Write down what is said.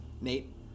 Nate